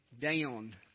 down